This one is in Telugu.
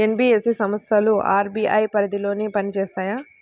ఎన్.బీ.ఎఫ్.సి సంస్థలు అర్.బీ.ఐ పరిధిలోనే పని చేస్తాయా?